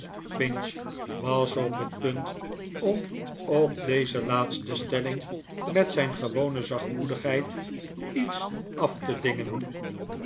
pinch was op het punt om op deze laatste stelling met zijn gewone zachtmoedigheid lets af te dingen